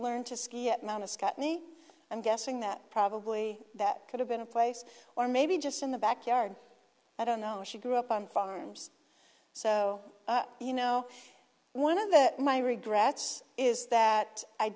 learned to ski at mount a scotney i'm guessing that probably that could have been a place or maybe just in the backyard i don't know she grew up on farms so you know one of the my regrets is that i